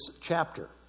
chapter